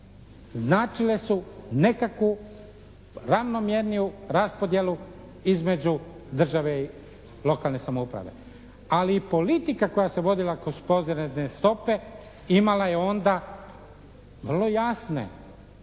značile su nekakvu ravnomjerniju raspodjelu između države i lokalne samouprave. Ali i politika koja se vodila kroz porezne stope imala je onda vrlo jasne